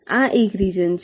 આ એક રિજન છે